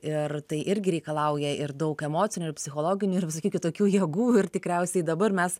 ir tai irgi reikalauja ir daug emocinių ir psichologinių ir visokių kitokių jėgų ir tikriausiai dabar mes